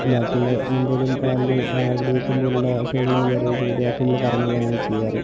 ബാക്കിയുള്ള എന്തെങ്കിലും പാലിന് അകിടുവീക്കം പോലുള്ള അസുഖങ്ങളൊന്നും വരാതിരിക്കാൻ വേണ്ടി ബാക്കി നമ്മൾ കറന്നുകളയുകയാണ് ചെയ്യാറ്